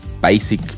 basic